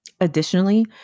Additionally